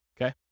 okay